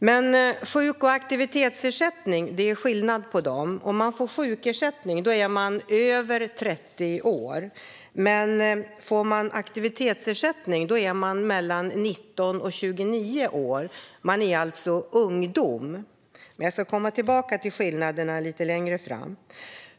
Det är skillnad på sjukersättning och aktivitetsersättning. Om man får sjukersättning är man över 30 år, men om man får aktivitetsersättning är man mellan 19 och 29 år, alltså ungdom. Jag ska komma tillbaka till skillnaderna lite lägre fram.